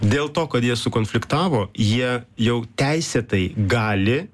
dėl to kad jie sukonfliktavo jie jau teisėtai gali